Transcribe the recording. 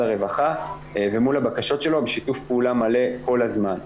הרווחה ומול הבקשות שלו בשיתוף פעולה מלא כל הזמן.